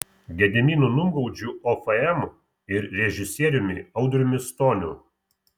gediminu numgaudžiu ofm ir režisieriumi audriumi stoniu